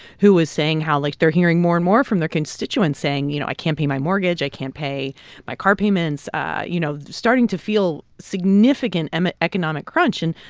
who was saying how, like, they're hearing more and more from their constituents saying, you know, i can't pay my mortgage. i can't pay my car payments you know, starting to feel significant and economic crunch. and,